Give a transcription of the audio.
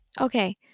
Okay